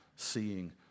Seeing